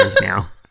now